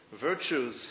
virtues